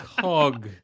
Cog